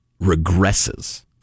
regresses